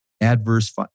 adverse